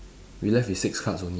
we left with six cards only